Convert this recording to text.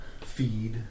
feed